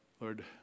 Lord